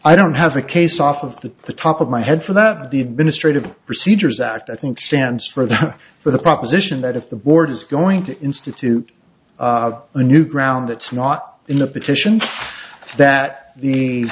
i don't have a case off of the top of my head for that the administrative procedures act i think stands for the for the proposition that if the board is going to institute a new ground that's not in the petition that the